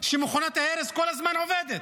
שמכונת ההרס כל הזמן עובדת.